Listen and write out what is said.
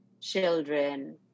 children